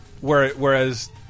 whereas